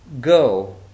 Go